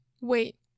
Wait